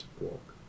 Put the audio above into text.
walk